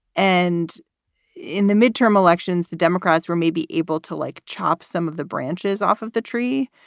and in the midterm elections, the democrats were may be able to, like, chop some of the branches off of the tree,